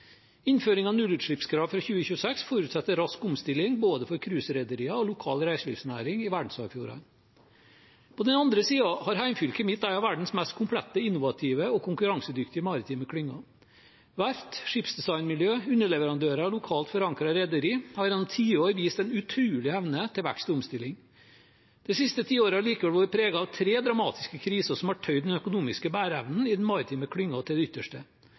Innføring av nullutslippskravet fra 2026 forutsetter en rask omstilling for både cruiserederiene og lokal reiselivsnæring i verdensarvfjordene. På den andre siden har hjemfylket mitt en av verdens mest komplette innovative og konkurransedyktige maritime klynger. Verft, skipsdesignmiljø og underleverandører av lokalt forankrede rederier har gjennom tiår vist en utrolig evne til vekst og omstilling. Det siste tiåret har likevel vært preget av tre dramatiske kriser som har tøyd den økonomiske bæreevnen i den maritime klyngen til det ytterste: